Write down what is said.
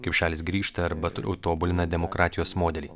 kaip šalys grįžta arba toliau tobulina demokratijos modelį